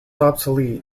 obsolete